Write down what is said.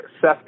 Seth